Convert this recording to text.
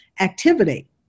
activity